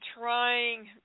trying